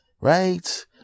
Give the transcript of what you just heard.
Right